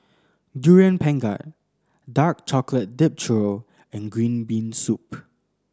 Durian Pengat dark chocolate dipped churro and green bean soup